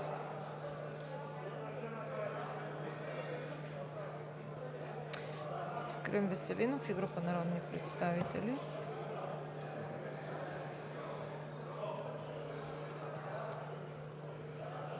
Искрен Веселинов и група народни представители.